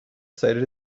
cited